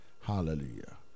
Hallelujah